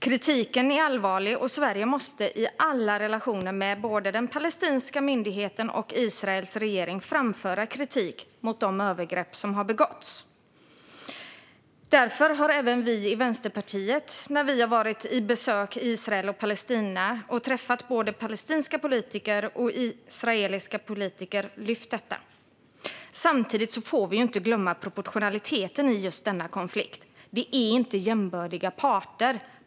Kritiken är allvarlig, och Sverige måste i alla relationer med både den palestinska myndigheten och Israels regering framföra kritik mot de övergrepp som har begåtts. Därför har även vi i Vänsterpartiet när vi har besökt Israel och Palestina och träffat både palestinska och israeliska politiker lyft fram detta. Samtidigt får vi inte glömma proportionaliteten i denna konflikt. Det är inte jämbördiga parter.